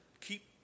keep